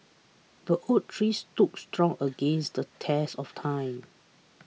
the oak tree stood strong against the test of time